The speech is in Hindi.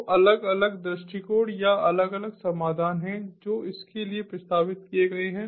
तो अलग अलग दृष्टिकोण या अलग अलग समाधान हैं जो इसके लिए प्रस्तावित किए गए हैं